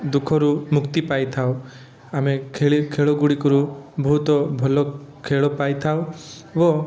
ଦୁଃଖରୁ ମୁକ୍ତି ପାଇଥାଉ ଆମେ ଖେଳି ଖେଳ ଗୁଡ଼ିକରୁ ବହୁତ ଭଲ ଖେଳ ପାଇଥାଉ ଓ